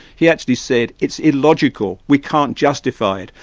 he actually said, it's illogical, we can't justify it,